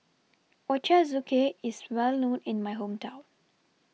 Ochazuke IS Well known in My Hometown